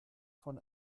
von